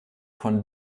von